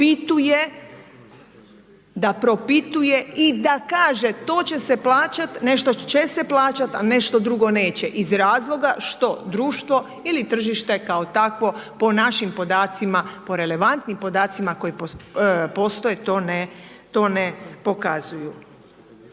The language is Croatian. da propituje i da kaže to će se plaćat, nešto će se plaćat, a nešto drugo neće iz razloga što društvo ili tržište kao takvo po našim podacima, po relevantnim podacima koji postoje to ne pokazuje.